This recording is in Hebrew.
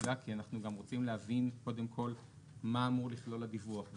מדויק כי אנחנו גם רוצים להבין קודם כל מה אמור לכלול הדיווח.